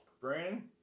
Brandon